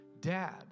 dad